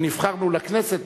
שנבחרנו לכנסת,